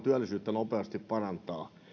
työllisyyttä nopeasti parantaa